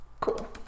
Cool